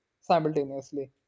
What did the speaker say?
simultaneously